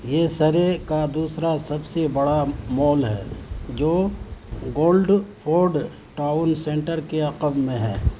یہ سرے کا دوسرا سب سے بڑا مال ہے جو گولڈ فوڈ ٹاؤن سنٹر کے عقب میں ہے